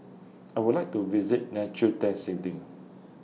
I Would like to visit Liechtenstein